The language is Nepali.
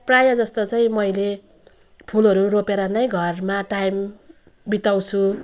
प्रायःजस्तो चाहिँ मैले फुलहरू रोपेर नै घरमा टाइम बिताउँछु